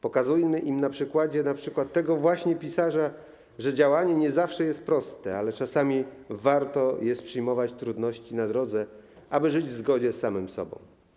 Pokazujmy im na przykładzie tego właśnie pisarza, że działanie nie zawsze jest proste, że czasami warto jest przyjmować trudności na takiej drodze, aby żyć w zgodzie z samym sobą.